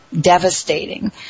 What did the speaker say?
devastating